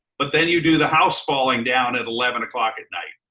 but then you do the house falling down at eleven o'clock at night.